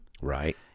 right